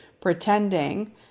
Pretending